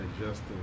adjusting